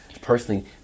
personally